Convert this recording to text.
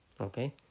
Okay